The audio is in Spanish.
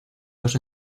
dos